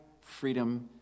freedom